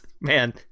Man